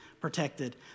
protected